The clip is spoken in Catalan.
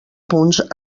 punts